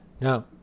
now